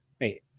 Wait